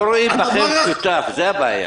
לא רואים בכם שותף, זו הבעיה.